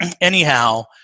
anyhow